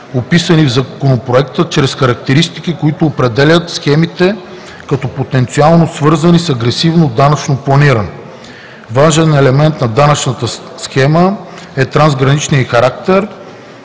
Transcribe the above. описани в Законопроекта чрез характеристики, които определят схемите като потенциално свързани с агресивно данъчно планиране. Важен елемент на данъчната схема е трансграничният ѝ характер,